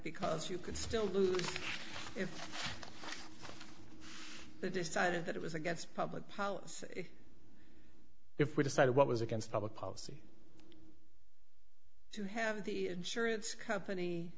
because you could still lose if they decided that it was against public policy if we decided what was against public policy to have the insurance company